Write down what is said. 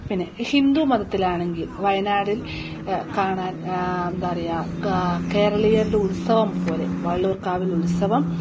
പിന്നെ ഈ ഹിന്ദു മതത്തിലാണെങ്കിൽ വയനാട്ടിൽ കാണാൻ എന്താ പറയുക കേരളീയരുടെ ഉത്സവം പോലെ വള്ളിയൂർക്കാവിൽ ഉത്സവം